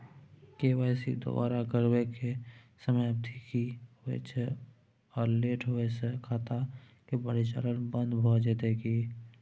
KYC दोबारा करबै के समयावधि की होय छै आ लेट होय स खाता के परिचालन बन्द भ जेतै की?